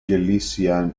galicia